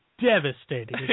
devastating